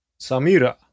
Samira